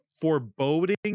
foreboding